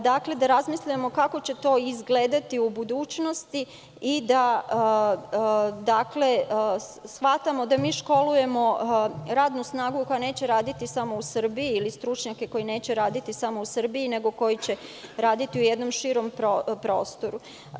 Dakle, da razmislimo kako će to izgledati u budućnosti i da shvatimo da mi školujemo radnu snagu koja neće raditi samo u Srbiji ili stručnjake koji neće raditi samo u Srbiji, nego koji će raditi u jednom širem prostoru.